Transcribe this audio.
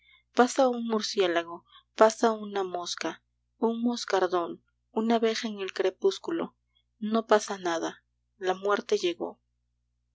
pasa un murciélago pasa una mosca un moscardón una abeja en el crepúsculo no pasa nada la muerte llegó